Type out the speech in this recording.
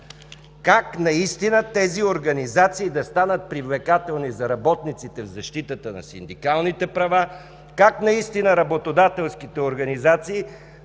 как наистина тези организации да станат привлекателни за работниците в защитата на синдикалните права, как наистина работодателските организации